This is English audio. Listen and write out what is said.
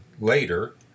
later